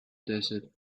desert